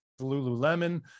Lululemon